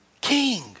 king